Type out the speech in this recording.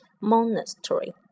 Monastery